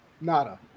Nada